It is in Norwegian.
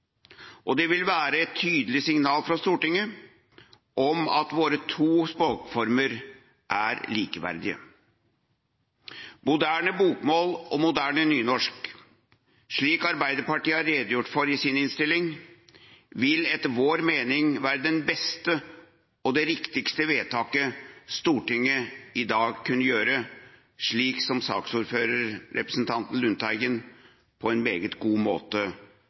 og det vil være et tydelig signal fra Stortinget om at våre to språkformer er likeverdige. Moderne bokmål og moderne nynorsk, slik Arbeiderpartiet har redegjort for i innstillinga, vil etter vår mening være det beste og riktigste vedtaket Stortinget i dag kan gjøre, slik saksordføreren, representanten Lundteigen, på en meget god måte